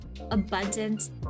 abundant